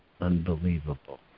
unbelievable